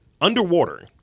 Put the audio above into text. Underwater